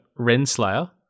Renslayer